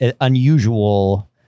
unusual